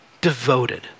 devoted